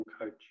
coach